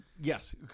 Yes